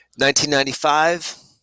1995